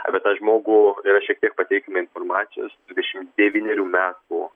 apie tą žmogų yra šiek tiek pateikiama informacijos dvidešim devynerių metų